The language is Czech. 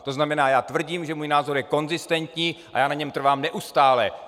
To znamená, já tvrdím, že můj názor je konzistentní, a já na něm trvám neustále!